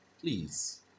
please